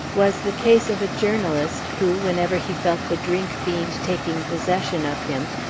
was the case of a journalist who, whenever he felt the drink fiend taking possession of him,